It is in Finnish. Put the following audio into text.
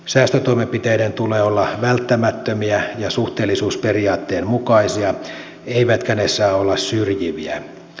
säästötoimenpiteiden tulee olla välttämättömiä ja suhteellisuusperiaatteen mukaisia eivätkä ne saa olla syrjiviä